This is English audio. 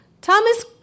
Thomas